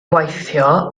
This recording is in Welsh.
weithio